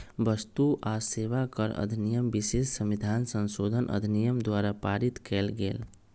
वस्तु आ सेवा कर अधिनियम विशेष संविधान संशोधन अधिनियम द्वारा पारित कएल गेल